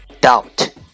doubt